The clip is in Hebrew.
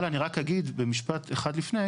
אבל אני רק אגיד במשפט אחד לפני.